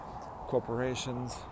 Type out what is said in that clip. corporations